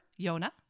Yona